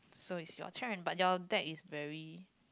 so it's your turn but your deck is very